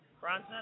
Bronze